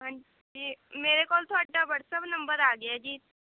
ਹਾਂ ਜੀ ਮੇਰੇ ਕੋਲ ਤੁਹਾਡਾ ਵਟਸਐਪ ਨੰਬਰ ਆ ਗਿਆ ਜੀ